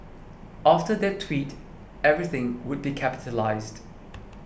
after that tweet everything would be capitalised